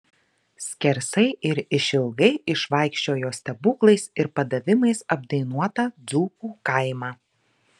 skersai ir išilgai išvaikščiojo stebuklais ir padavimais apdainuotą dzūkų kaimą